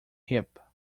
hip